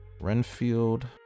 Renfield